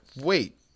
wait